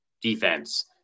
defense